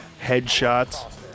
headshots